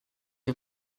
you